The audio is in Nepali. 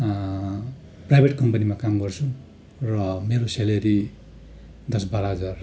प्राइभेट कम्पनीमा काम गर्छु र मेरो सेलेरी दस बाह्र हजार